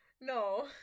No